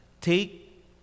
Take